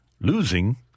Losing